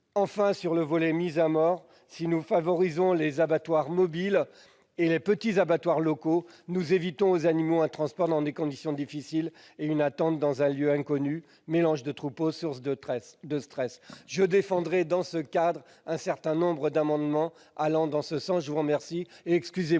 Sur le volet « mise à mort », si nous favorisons les abattoirs mobiles et les petits abattoirs locaux, nous évitons aux animaux un transport dans des conditions difficiles et une attente dans un lieu inconnu, ainsi que le mélange des troupeaux, qui est source de stress. Je défendrai donc dans ce cadre un certain nombre d'amendements allant dans ce sens. La parole